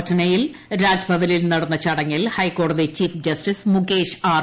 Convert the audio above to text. പറ്റ്നയിൽ രാജ്ഭവനിൽ നടന്ന ചടങ്ങിൽ ഹൈക്കോടതി ചീഫ് ജസ്റ്റിസ് മുകേഷ് ആർ